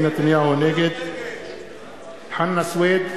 נגד חנא סוייד,